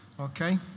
okay